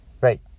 Right